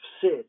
sid